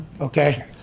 okay